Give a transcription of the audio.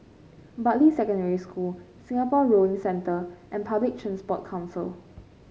Bartley Secondary School Singapore Rowing Centre and Public Transport Council